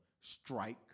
strike